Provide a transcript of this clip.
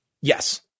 Yes